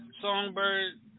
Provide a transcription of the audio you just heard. Songbird